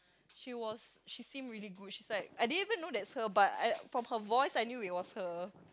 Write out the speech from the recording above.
she was she seemed really good she's like I didn't even know that's her but I from her voice I knew it was her